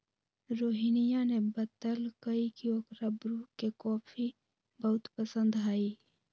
रोहिनीया ने बतल कई की ओकरा ब्रू के कॉफी बहुत पसंद हई